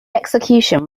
execution